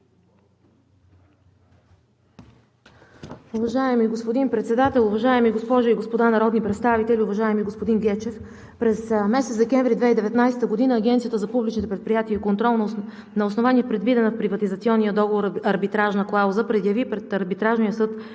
Уважаеми господин Председател, уважаеми госпожи и господа народни представители! Уважаеми господин Гечев, през месец декември 2019 г. Агенцията за публичните предприятия и контрол на основание предвидената в приватизационния договор арбитражна клауза предяви пред Арбитражния съд